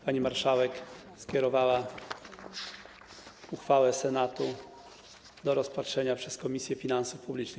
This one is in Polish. Pani marszałek skierowała uchwałę Senatu do rozpatrzenia przez Komisję Finansów Publicznych.